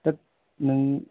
होद नों